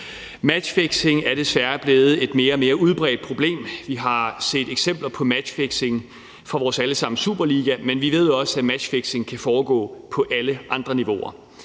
Matchfixing er desværre blevet et mere og mere udbredt problem. Vi har set eksempler på matchfixing fra vores alle sammens Superliga, men vi ved også, at matchfixing kan foregå på alle andre niveauer.